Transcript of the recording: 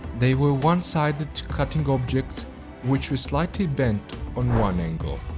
they were one-sided cutting objects which were slightly bent on one angle.